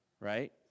right